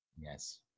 Yes